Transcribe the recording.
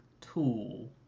tool